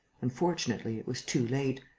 unfortunately, it was too late.